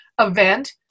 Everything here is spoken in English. event